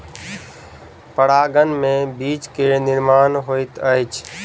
परागन में बीज के निर्माण होइत अछि